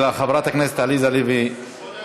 של חברי הכנסת עליזה לביא -- כבוד